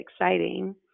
exciting